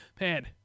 man